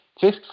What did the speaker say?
Fifth